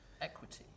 equity